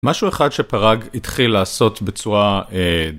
משהו אחד שפרג התחיל לעשות בצורה אה...